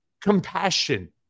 compassion